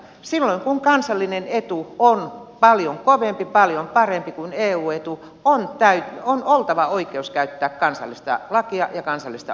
silloin kun kansallinen etu on paljon kovempi paljon parempi kuin eu etu on oltava oikeus käyttää kansallista lakia ja kansallista oikeutta